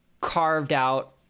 carved-out